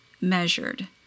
measured